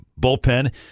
bullpen